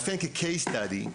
כמאפיין וכ- Case study,